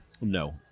no